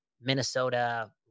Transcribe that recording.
Minnesota